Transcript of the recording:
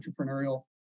entrepreneurial